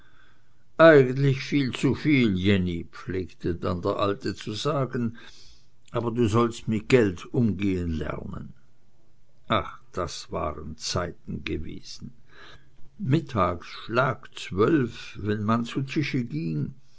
eigentlich viel zuviel jenny pflegte dann der alte zu sagen aber du sollst mit geld umgehen lernen ach waren das zeiten gewesen mittags schlag zwölf wenn man zu tisch ging